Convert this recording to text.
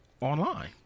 online